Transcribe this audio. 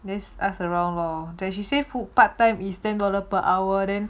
just ask around lor then she say full part time is ten dollar per hour then